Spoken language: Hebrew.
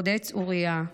ברודץ אוריה,